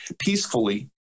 peacefully